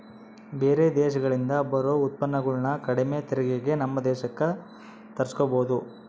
ಬೇರೆ ದೇಶಗಳಿಂದ ಬರೊ ಉತ್ಪನ್ನಗುಳನ್ನ ಕಡಿಮೆ ತೆರಿಗೆಗೆ ನಮ್ಮ ದೇಶಕ್ಕ ತರ್ಸಿಕಬೊದು